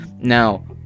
Now